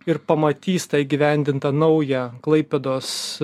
ir pamatys tą įgyvendintą naują klaipėdos